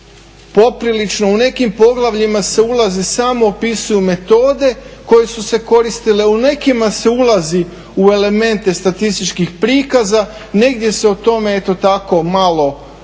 poprilično u nekim poglavljima se ulazi, samo opisuju metode koje su se koristile, u nekima se ulazi u elemente statističkih prikaza, negdje se o tome eto tako